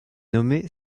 nommée